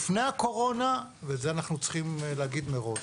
לפני הקורונה, את זה אנחנו צריכים להגיד מראש.